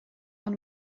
ond